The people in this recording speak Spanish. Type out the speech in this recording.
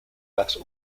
las